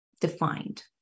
defined